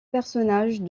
personnages